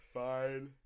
fine